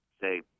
say